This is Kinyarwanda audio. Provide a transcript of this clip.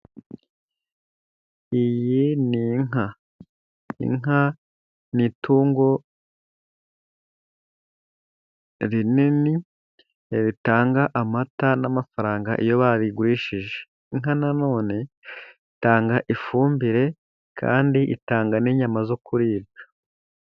Iyi ni inka. Inka ni itungo rinini ritanga amata n'amafaranga iyo barigurishije. Inka na none itanga ifumbire kandi itanga n'inyama zo kuribwa.